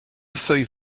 feuille